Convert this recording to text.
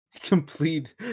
Complete